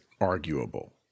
arguable